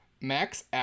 Max